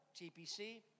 TPC